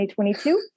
2022